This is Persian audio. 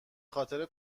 خاطر